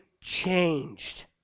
changed